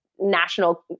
national